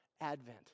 Advent